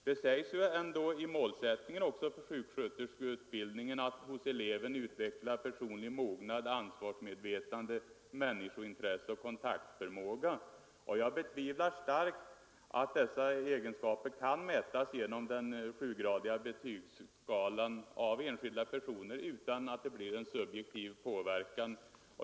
Det sägs ändå bl.a. i målsättningen för sjuksköterskeutbildningen att denna syftar till ”att hos eleven utveckla personlig mognad, ansvarsmedvetande, människointresse och kontaktförmåga”. Jag betvivlar starkt att dessa egenskaper kan mätas med en sjugradig betygsskala av enskilda personer utan att det blir en subjektiv påverkan.